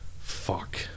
Fuck